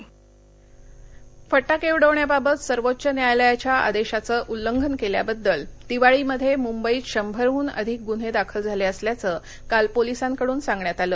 फटाके फटाके उडवण्याबाबत सर्वोच्च न्यायालयाच्या आदेशाचं उल्लंघन केल्याबद्द्ल दिवाळीमध्ये मुंबईत शंभरहून अधिक ग़न्हे दाखल झाले असल्याचं काल पोलिसांकडून सांगण्यात आलं